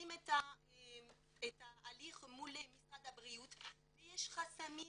מתחילים את ההליך מול משרד הבריאות, ויש חסמים